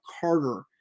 Carter